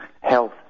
Health